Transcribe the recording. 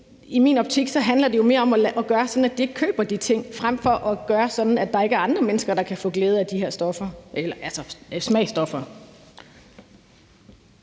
I min optik handler det jo mere om at gøre sådan, at de ikke køber de ting, frem for at gøre sådan, at der ikke er andre mennesker, der kan få glæde af de her smagsstoffer.